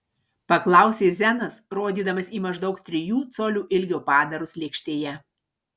paklausė zenas rodydamas į maždaug trijų colių ilgio padarus lėkštėje